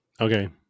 Okay